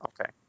Okay